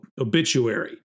obituary